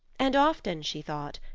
and often she thought,